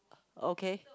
okay